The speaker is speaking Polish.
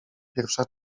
pierwsza